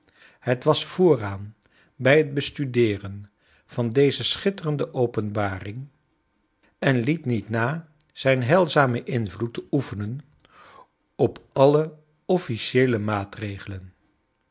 het was vooraan bij het bestudeeren van deze scliitterende openbaring en iet niet na zijn heilzamen invloed te oefenen op alle officieele maatregelen